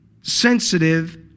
sensitive